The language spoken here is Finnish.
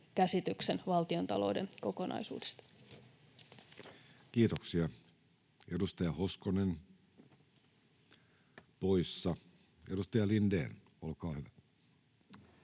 käsityksen valtiontalouden kokonaisuudesta. Kiitoksia. — Edustaja Hoskonen, poissa. — Edustaja Lindén, olkaa hyvä.